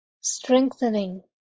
Strengthening